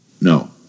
No